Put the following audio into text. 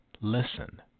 listen